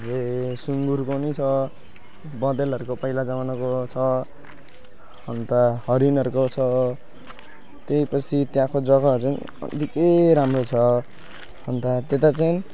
अझै सुँगुरको पनि छ बँदेलहरूको पहिला जमानाको छ अन्त हरिणहरूको छ त्यहीपछि त्यहाँको जग्गाहरू पनि निकै राम्रो छ अन्त त्यता चाहिँ